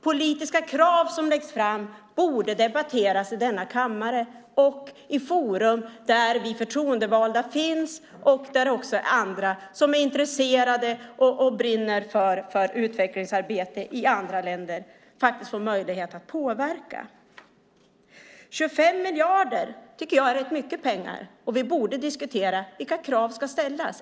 Politiska krav som läggs fram borde debatteras i denna kammare och i forum där vi förtroendevalda finns och där också andra som är intresserade och brinner för utvecklingsarbete i andra länder får möjlighet att påverka. Jag tycker att 25 miljarder är rätt mycket pengar, och vi borde diskutera vilka krav som ska ställas.